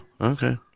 okay